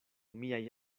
miaj